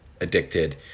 addicted